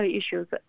issues